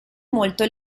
molto